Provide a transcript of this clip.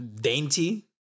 Dainty